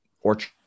orchard